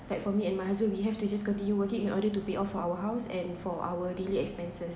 like for me and my husband we have to just continue working in order to pay off our house and for our daily expenses